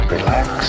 Relax